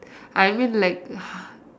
I mean like